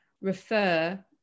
refer